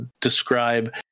describe